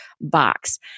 box